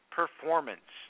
performance